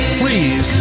please